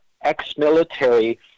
ex-military